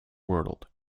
world